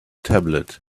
tablet